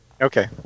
Okay